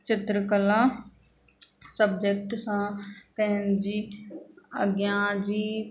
चित्रकला सब्जेक्ट सां पंहिंजी अॻियां जी